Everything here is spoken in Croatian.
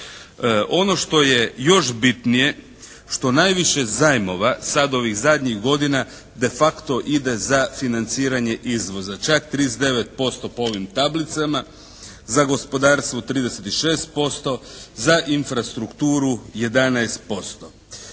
Ono što je još bitnije, što najviše zajmova sad ovih zadnjih godina de facto ide za financiranje izvoza. Čak 39% po ovim tablicama. Za gospodarstvo 36%, za infrastrukturu 11%.